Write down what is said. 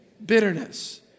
Bitterness